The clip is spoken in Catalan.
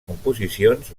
composicions